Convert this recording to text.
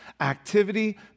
activity